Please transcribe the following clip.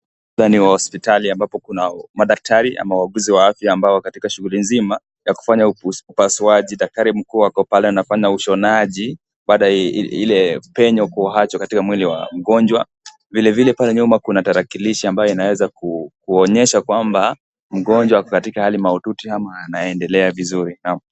Ndani ya hospitali ambapo kuna, madaktari ama wauguzi wa afya ambao wako katika shuguli nzima, ya kufanya upasuaji .Daktari mkuu ako pale anafanya ushonaji, bada ya i ile penyo kuachwa katika mwili wa mgonjwa, vile vile pale nyuma kuna tarakilishi ambayo inaeza ku kuonyesha kwamba, mgonjwa ako katika hali mahututi ama anaendelea vizuri.